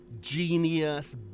genius